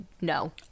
no